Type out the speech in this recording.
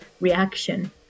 reaction